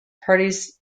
parties